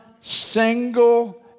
single